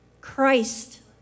Christ